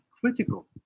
critical